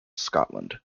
scotland